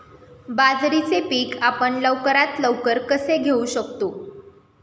बाजरीचे पीक आपण लवकरात लवकर कसे घेऊ शकतो?